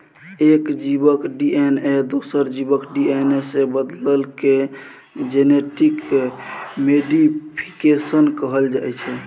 एक जीबक डी.एन.ए दोसर जीबक डी.एन.ए सँ बदलला केँ जेनेटिक मोडीफिकेशन कहल जाइ छै